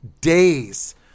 days